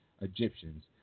Egyptians